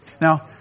Now